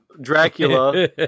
Dracula